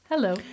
hello